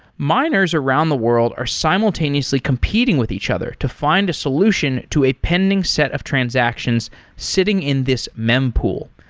miners around the world are simultaneously competing with each other to find a solution to a pending set of transactions sitting in this mempool.